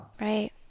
right